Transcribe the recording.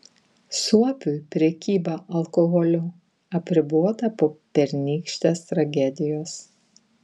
suopiui prekyba alkoholiu apribota po pernykštės tragedijos